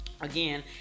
Again